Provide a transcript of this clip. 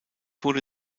wurde